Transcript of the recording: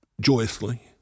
joyously